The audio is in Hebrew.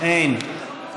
אין.